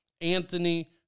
Anthony